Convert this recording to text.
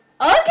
Okay